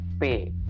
pay